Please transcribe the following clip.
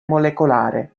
molecolare